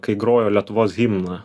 kai grojo lietuvos himną